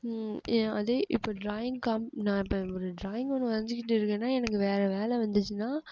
அது இப்போ டிராயிங் நான் இப்போ ஒரு டிராயிங் ஒன்று வரைஞ்சிக்கிட்டு இருக்கேனா எனக்கு வேற வேலை வந்துச்சுனா